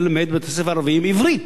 ללמד בבתי-ספר ערביים בעברית.